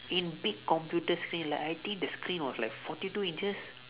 in big computer screen like I think the screen was like forty two inches